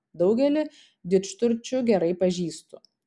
daugelį didžturčių gerai pažįstu